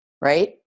right